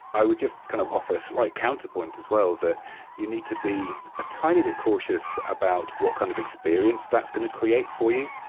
i would just kind of offer a slight counterpoint as well, that you need to be a tiny bit cautious about what kind of experience that's going to create for you.